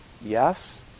yes